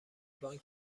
بانک